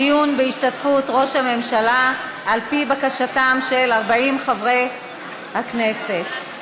דיון בהשתתפות ראש הממשלה על-פי בקשתם של 40 מחברי הכנסת.